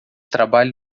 trabalho